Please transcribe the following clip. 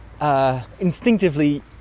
Instinctively